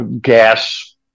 gas